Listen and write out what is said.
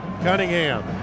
Cunningham